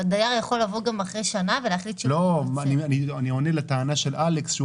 הדייר יכול לבוא גם --- אני עונה לטענה של אלכס שהוא